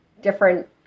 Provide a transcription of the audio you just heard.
different